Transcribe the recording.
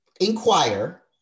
inquire